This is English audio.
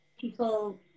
people